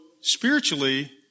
spiritually